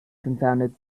confounded